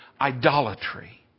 idolatry